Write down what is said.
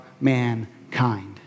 mankind